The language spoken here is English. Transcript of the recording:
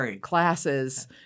classes